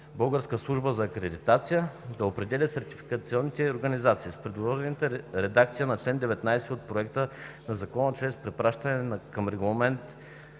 „Българска служба за акредитация“, да определя сертифициращите организации. С предложената редакция на чл. 19 от Проекта на Закон чрез препращане към Регламент